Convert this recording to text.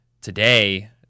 today